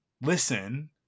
listen